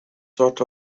sort